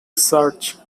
search